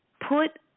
put